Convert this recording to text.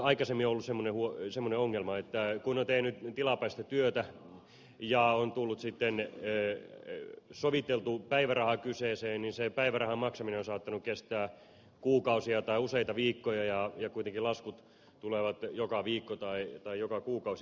aikaisemmin on ollut semmoinen ongelma että kun on tehnyt tilapäistä työtä ja on tullut soviteltu päiväraha kyseeseen niin päivärahan maksaminen on saattanut kestää kuukausia tai useita viikkoja ja kuitenkin laskut tulevat joka viikko tai joka kuukausi